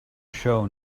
show